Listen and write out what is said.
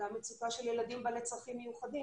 גם מצוקה של ילדים בעלי צרכים מיוחדים.